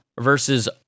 versus